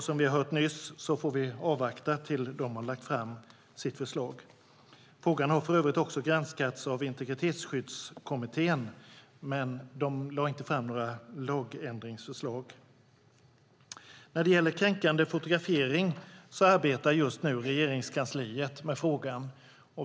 Som vi har hört nyss får vi avvakta till de har lagt fram sitt förslag. Frågan har för övrigt också granskats av Integritetsskyddskommittén, men de lade inte fram några lagändringsförslag. När det gäller kränkande fotografering arbetar just nu Regeringskansliet med frågan.